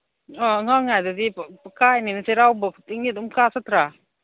ꯑ ꯑꯉꯥꯡ ꯑꯣꯏꯔꯤꯉꯥꯏꯗꯗꯤ ꯀꯥꯏꯅꯤ ꯆꯩꯔꯥꯎꯕ ꯈꯨꯗꯤꯡꯒꯤ ꯑꯗꯨꯝ ꯀꯥ ꯆꯠꯇ꯭ꯔꯥ